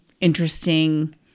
interesting